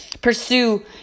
pursue